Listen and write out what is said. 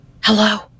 hello